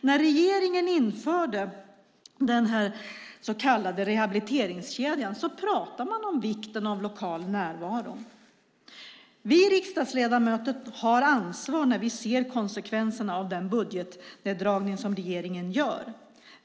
När regeringen införde den så kallade rehabiliteringskedjan talade man om vikten av lokal närvaro. Vi riksdagsledamöter har ansvar när vi ser konsekvenserna av den budgetneddragning som regeringen gör.